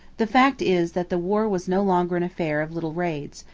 the fact is that the war was no longer an affair of little raids,